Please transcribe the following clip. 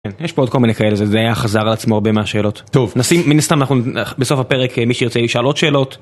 יש פה עוד כל מיני כאלה זה היה חזר על עצמו הרבה מהשאלות טוב נשים מן הסתם אנחנו בסוף הפרק מי שירצה ישאל עוד שאלות.